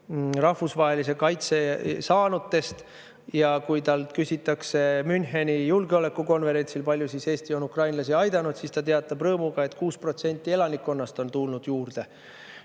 rahvusvahelise kaitse saanutest. Ja kui temalt küsitakse Müncheni julgeolekukonverentsil, kui palju Eesti on ukrainlasi aidanud, siis ta teatab rõõmuga, et 6% elanikkonnast on tulnud juurde.